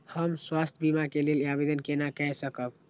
हम स्वास्थ्य बीमा के लेल आवेदन केना कै सकब?